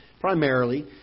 primarily